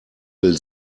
will